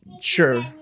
Sure